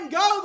go